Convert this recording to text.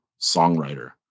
songwriter